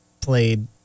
played